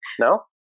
No